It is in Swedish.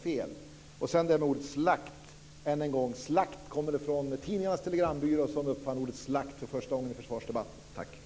Har Karin Sedan detta med ordet slakt: Än en gång vill jag säga att slakt kommer från Tidningarnas telegrambyrå, som första gången uppfann ordet slakt i försvarsdebatten.